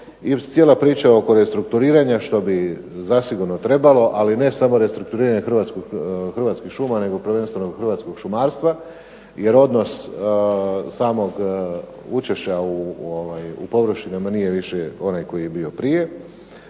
cijela priča oko restrukturiranja što bi zasigurno trebalo, ali ne samo restrukturiranja Hrvatskih šuma nego prvenstveno hrvatskog šumarstva jer odnos samog učešća u površinama nije više onaj koji je bio prije.